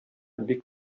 бик